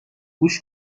گوش